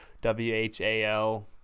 W-H-A-L